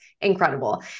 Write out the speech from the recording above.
incredible